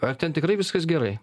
ar ten tikrai viskas gerai